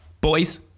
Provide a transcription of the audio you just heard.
boys